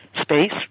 space